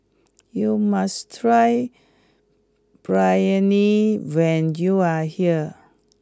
you must try Biryani when you are here